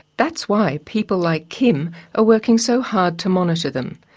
that's why people like kim are working so hard to monitor them,